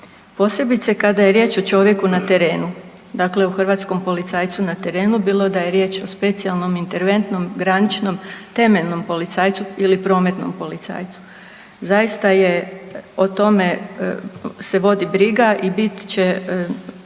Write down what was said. posebice kada je riječ o čovjeku na terenu dakle o hrvatskom policajcu na terenu bilo da je riječ o specijalnom, interventnom, graničnom, temeljnom policajcu ili prometnom policajcu. Zaista je o tome se vodi briga i bit će